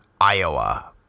Iowa